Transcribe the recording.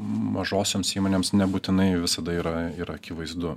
mažosioms įmonėms nebūtinai visada yra ir akivaizdu